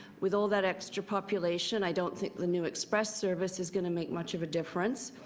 with all of that extra population, i don't think the new express service is going to make much of a difference.